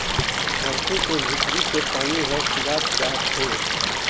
धरती के भीतरी के पानी हर सिरात जात हे